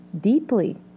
deeply